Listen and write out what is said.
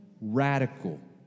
radical